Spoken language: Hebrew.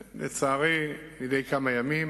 לצערי, מדי כמה ימים